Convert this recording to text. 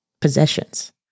possessions